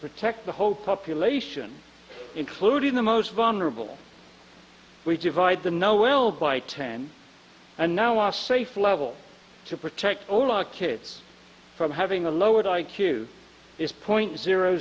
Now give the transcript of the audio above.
protect the whole population including the most vulnerable we divide them now well by ten and now are safe level to protect all our kids from having a lowered i q is point zero